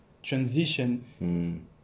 transition